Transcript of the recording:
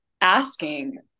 asking